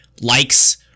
likes